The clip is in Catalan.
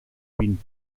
vint